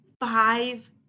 five